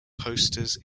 posters